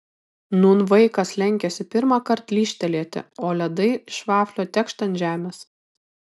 nūn vaikas lenkiasi pirmąkart lyžtelėti o ledai iš vaflio tekšt ant žemės